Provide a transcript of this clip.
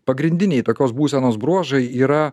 pagrindiniai tokios būsenos bruožai yra